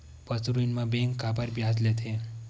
पशु ऋण म बैंक काबर ब्याज लेथे?